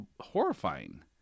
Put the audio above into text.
horrifying